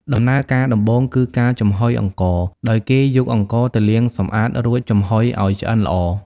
ដំណើរការដំបូងគឺ ការចំហុយអង្ករ ដោយគេយកអង្ករទៅលាងសម្អាត រួចចំហុយឱ្យឆ្អិនល្អ។